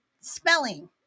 spelling